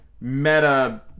meta